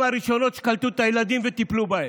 הראשונות שקלטו את הילדים וטיפלו בהם.